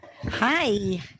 Hi